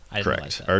Correct